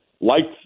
likes